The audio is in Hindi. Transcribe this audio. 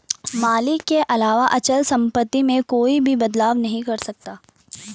मालिक के अलावा अचल सम्पत्ति में कोई भी बदलाव नहीं कर सकता है